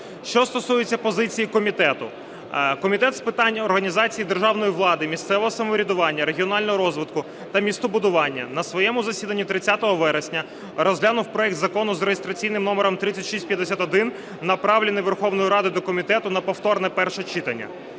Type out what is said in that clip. Що стосується позиції комітету. Комітет з питань організації державної влади, місцевого самоврядування, регіонального розвитку та містобудування на своєму засіданні 30 вересня розглянув проект Закону за реєстраційним номером 3651, направлений Верховною Радою до комітету на повторне перше читання.